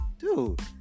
Dude